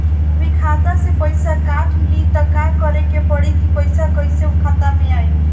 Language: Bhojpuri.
कभी खाता से पैसा काट लि त का करे के पड़ी कि पैसा कईसे खाता मे आई?